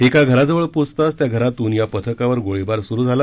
एका घराजवळ पोचताच त्या घरातून या पथकावर गोळीबार सुरु झाला